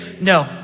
no